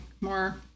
more